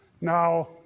Now